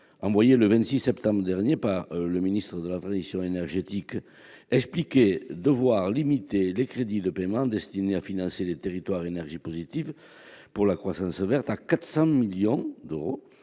envoyée le 26 septembre dernier par le ministre de la transition énergétique et solidaire expliquait devoir limiter les crédits de paiement destinés à financer les territoires à énergie positive pour la croissance verte à 400 millions d'euros.